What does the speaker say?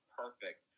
perfect